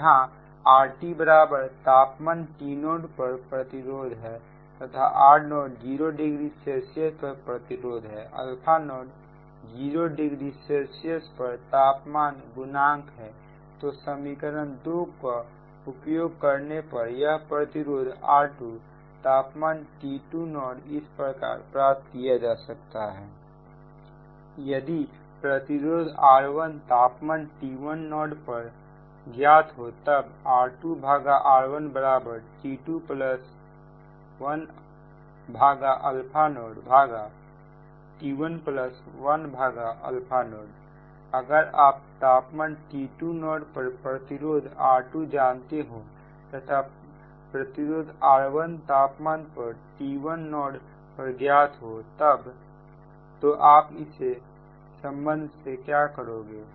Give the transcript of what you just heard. जहां RT तापमान T 0 पर प्रतिरोध है तथा R0 जीरो डिग्री सेल्सियस पर प्रतिरोध हैα0 जीरो डिग्री सेल्सियस पर तापमान गुनाक है तो समीकरण 2 को उपयोग करने पर प्रतिरोध R2 तापमान T20 इस प्रकार प्राप्त किया जा सकता है यदि प्रतिरोध R1 तापमान T10 पर ज्ञात होतब R2R1T210T110 अगर आप तापमान T20 पर प्रतिरोध R2 जानते हो तथा प्रतिरोध R1 तापमान T10 पर ज्ञात हो तो आप इस संबंध से क्या करेंगे